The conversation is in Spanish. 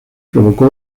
provocó